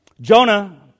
Jonah